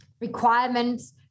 requirements